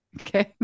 Okay